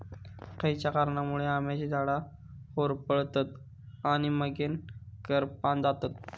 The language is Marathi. खयच्या कारणांमुळे आम्याची झाडा होरपळतत आणि मगेन करपान जातत?